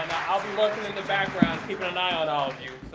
i'll be lurking in the background keeping an eye on all of you.